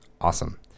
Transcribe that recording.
Awesome